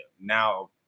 now